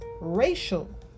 racial